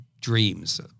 dreams